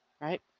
Right